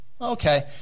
Okay